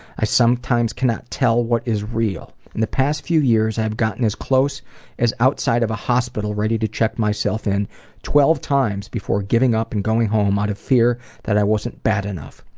i sometimes cannot tell what is real. in the past few years, i have gotten as close as outside of a hospital ready to check myself in twelve times before giving up and going home out of fear that i wasn't bad enough.